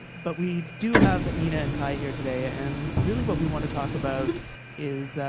but we do have nina and kei here today ah and really what we want to talk about is,